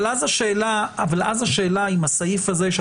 אבל אז השאלה אם הסעיף הזה הוא